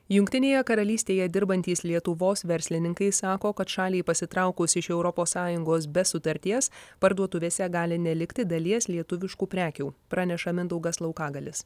jungtinėje karalystėje dirbantys lietuvos verslininkai sako kad šaliai pasitraukus iš europos sąjungos be sutarties parduotuvėse gali nelikti dalies lietuviškų prekių praneša mindaugas laukagalis